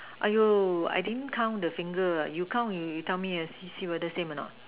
!aiyo! I didn't count the finger ah you count you you tell me see see the same or not